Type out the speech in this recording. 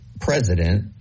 president